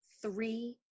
three